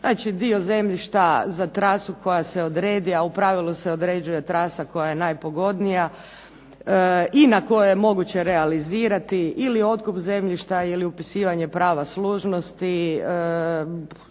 Znači, dio zemljišta za trasu koja se odredi, a u pravilu se određuje trasa koja je najpogodnija i na koja je moguće realizirati ili otkup zemljišta ili upisivanje prava služnosti